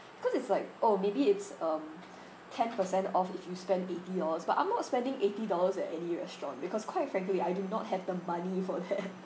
cause it's like oh maybe it's um ten percent off if you spend eighty dollars but I'm not spending eighty dollars at any restaurant because quite frankly I do not have the money for that